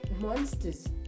monsters